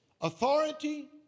authority